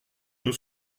nous